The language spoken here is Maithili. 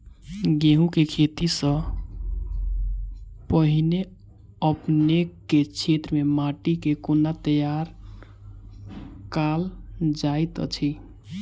गेंहूँ केँ खेती सँ पहिने अपनेक केँ क्षेत्र मे माटि केँ कोना तैयार काल जाइत अछि?